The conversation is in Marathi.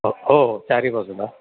हो हो चारही बाजूला